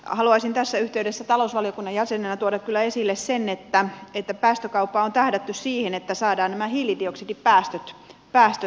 haluaisin tässä yhteydessä talousvaliokunnan jäsenenä tuoda kyllä esille sen että päästökaupassa on tähdätty siihen että saadaan nämä hiilidioksidipäästöt alas